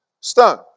stone